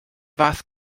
fath